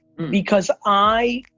because i,